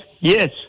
Yes